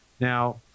Now